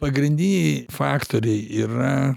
pagrindiniai faktoriai yra